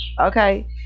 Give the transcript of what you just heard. okay